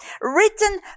written